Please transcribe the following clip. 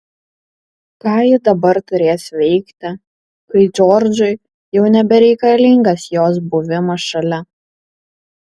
ką ji dabar turės veikti kai džordžui jau nebereikalingas jos buvimas šalia